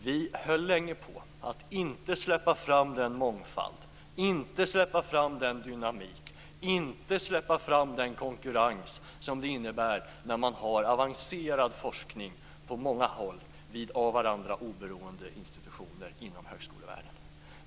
Vi höll länge på att inte släppa fram den mångfald, att inte släppa fram den dynamik och att inte släppa fram den konkurrens som det innebär när man har avancerad forskning på många håll vid av varandra oberoende institutioner inom högskolevärlden.